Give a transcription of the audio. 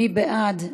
מי בעד?